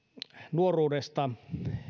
nuoruudesta